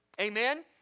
Amen